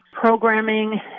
programming